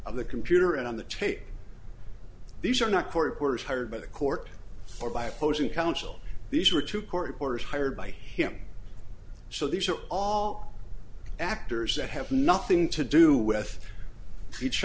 of the computer and on the tape these are not court orders hired by the court or by opposing counsel these are two court orders hired by him so these are all actors that have nothing to do with each